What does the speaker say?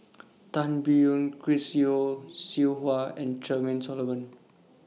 Tan Biyun Chris Yeo Siew Hua and Charmaine Solomon